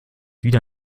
wieder